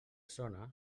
zona